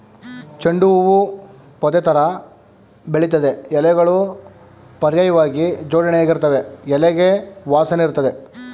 ಚೆಂಡು ಹೂ ಪೊದೆತರ ಬೆಳಿತದೆ ಎಲೆಗಳು ಪರ್ಯಾಯ್ವಾಗಿ ಜೋಡಣೆಯಾಗಿರ್ತವೆ ಎಲೆಗೆ ವಾಸನೆಯಿರ್ತದೆ